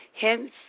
Hence